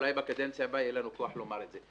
אולי בקדנציה הבאה יהיה לנו כוח לומר את זה.